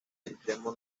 extremo